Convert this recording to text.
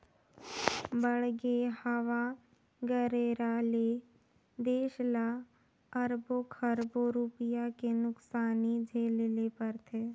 बाड़गे, हवा गरेरा ले देस ल अरबो खरबो रूपिया के नुकसानी झेले ले परथे